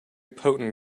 potent